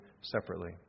separately